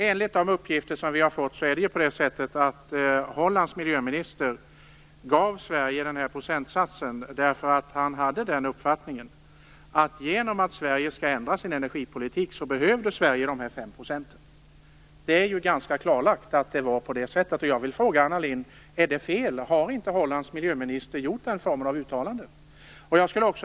Enligt de uppgifter vi har fått gav Hollands miljöminister Sverige denna procentsats därför att han hade uppfattningen att Sverige behöver de fem procenten i och med att Sverige skall ändra sin energipolitik. Det är ganska klarlagt att det var på det sättet. Jag vill fråga Anna Lindh om det är fel. Har inte Hollands miljöminister gjort den formen av uttalanden?